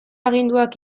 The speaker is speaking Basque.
aginduak